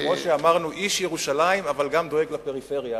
כמו שאמרנו: איש ירושלים אבל גם דואג לפריפריה.